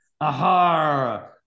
Aha